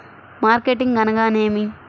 Marketing అనగానేమి?